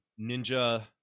Ninja